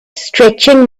stretching